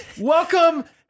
Welcome